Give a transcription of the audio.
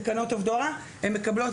תקנות עובדי ההוראה.